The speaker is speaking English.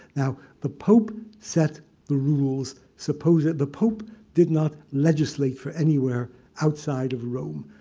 now the pope set the rules supposed the pope did not legislate for anywhere outside of rome.